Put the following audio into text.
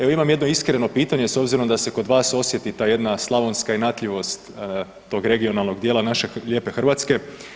Evo imam jedno iskreno pitanje, s obzirom da se kod vas osjeti ta jedna slavonska inatljivost tog regionalnog dijela naše lijepe Hrvatske.